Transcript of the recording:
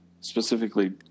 specifically